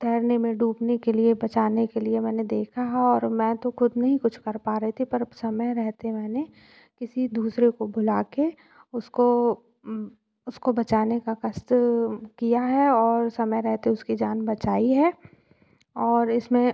तैरने में डूबने के लिए बचाने के लिए मैंने देखा हा और मैं तो ख़ुद नहीं कुछ कर पा रही थी पर समय रहते मैंने किसी दूसरे को बुला के उसको उसको बचाने का कष्ट किया है और समय रहते उसकी जान बचाई है और इसमें